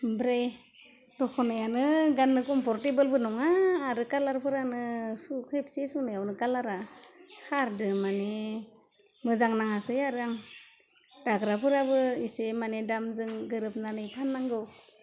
ओमफ्राय दखनायानो गाननो कम्फरटेबोलबो नङा आरो कालारफोरानो सु खेबसे सुनायावनो कालारा खारदो माने मोजां नाङासै आरो आं दाग्राफोराबो इसे माने दामजों गोरोबनानै फाननांगौ